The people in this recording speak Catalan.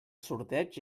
sorteig